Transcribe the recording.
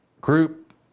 group